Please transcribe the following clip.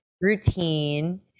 routine